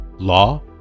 law